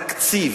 בתקציב,